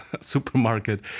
supermarket